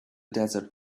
desert